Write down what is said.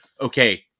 Okay